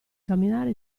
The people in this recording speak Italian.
camminare